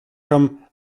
from